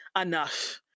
Enough